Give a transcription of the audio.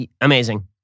Amazing